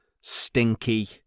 Stinky